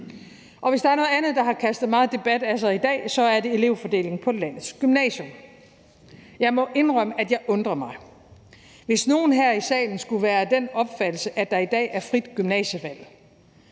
Hvis der er noget andet, der har kastet meget debat af sig i dag, så er det elevfordelingen på landets gymnasier. Jeg må indrømme, at jeg undrer mig. Hvis nogen her i salen skulle være af den opfattelse, at der i dag er frit gymnasievalg,